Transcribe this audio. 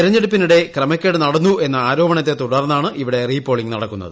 തെരഞ്ഞെടുപ്പിനിടെ ക്രമക്കേട് നടന്നു എന്ന ആരോപണത്തെ തുടർന്നാണ് ഇവിടെ റീപ്പോളിുഗ് നടക്കുന്നത്